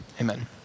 amen